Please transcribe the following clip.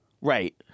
Right